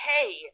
hey